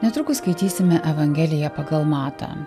netrukus skaitysime evangeliją pagal matą